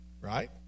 right